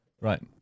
Right